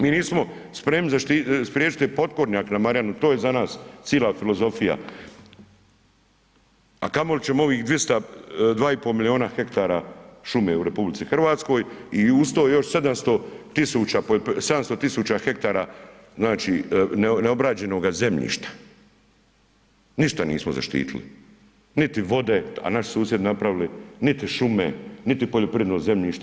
Mi nismo spremni spriječiti potkornjak na Marjanu, to je za nas cijela filozofija a kamo li ćemo ovih 2,5 milijuna hektara šume u RH i uz to još 700 tisuća hektara znači neobrađenoga zemljišta, ništa nismo zaštitili, niti vode a naši susjedi napravili, niti šume, niti poljoprivredno zemljište.